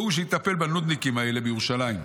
וההוא, שיטפל בנודניקים האלה בירושלים.